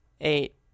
eight